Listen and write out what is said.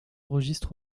registres